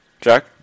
Jack